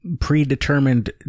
predetermined